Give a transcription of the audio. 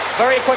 very but